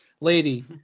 Lady